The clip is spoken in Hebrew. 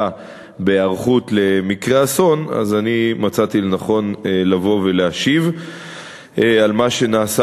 בהיערכות למקרי אסון מצאתי לנכון לבוא ולהשיב על מה שנעשה